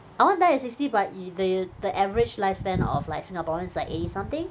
I want die at sixty but the the av~ average lifespan of like Singaporeans is like eighty something